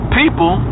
people